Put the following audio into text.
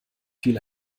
viel